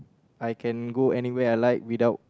I can go anywhere I like without